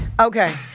Okay